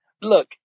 look